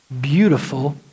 beautiful